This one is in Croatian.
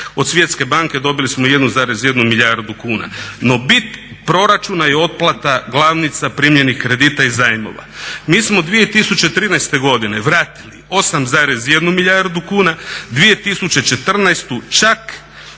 Od svjetske banke dobili smo 1,1 milijardu kuna. No bit proračuna je otplata glavnica primljenih kredita i zajmova. Mi smo 2013.godine vratili 8,1 milijardu kuna, 2014. čak